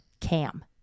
cam